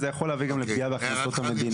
זה יכול להביא גם לפגיעה בהכנסות המדינה.